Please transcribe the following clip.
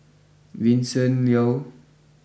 Vincent Leow